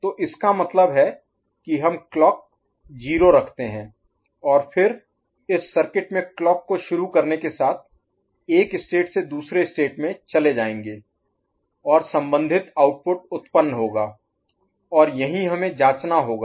तो इसका मतलब है कि हम क्लॉक 0 रखते हैं और फिर इस सर्किट में क्लॉक को शुरू करने के साथ एक स्टेट से दूसरे स्टेट में चले जाएंगे और संबंधित आउटपुट उत्पन्न होगा और यही हमें जांचना होगा